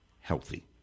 healthy